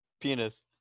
Penis